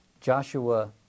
Joshua